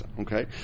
okay